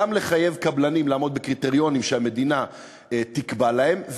גם לחייב קבלנים לעמוד בקריטריונים שהמדינה תקבע להם,